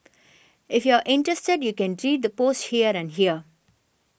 if you're interested you can read the posts here and here